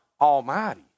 Almighty